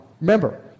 Remember